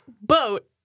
boat